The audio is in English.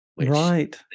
Right